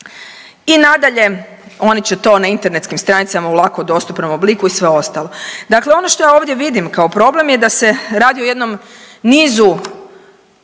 I nadalje, oni će to na internetskim stranicama u lako dostupnom obliku i sve ostalo. Dakle, ono što ja ovdje vidim kao problem je da se radi o jednom nizu